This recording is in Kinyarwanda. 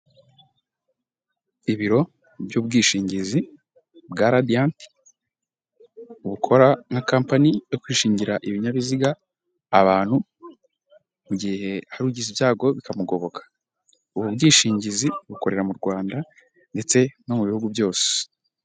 Ibiro by'ubwishingizi bwa radiyanti bukora nka kampani yo kwishingira ibinyabiziga, abantu mu gihe hari ugize ibyago bikamugoboka, ubu bwishingizi bukorera mu Rwanda ndetse no mu bihugu byose.